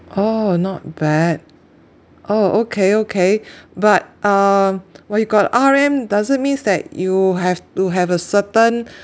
oh not bad oh okay okay but um but you got R_M doesn't means that you have to have a certain